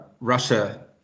Russia